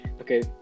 Okay